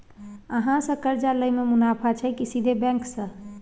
अहाँ से कर्जा लय में मुनाफा छै की सीधे बैंक से?